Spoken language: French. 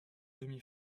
demi